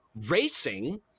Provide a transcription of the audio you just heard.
Racing